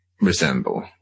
resemble